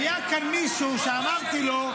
היה כאן מישהו שאמרתי לו,